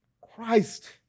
Christ